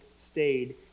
stayed